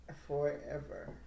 Forever